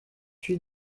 huit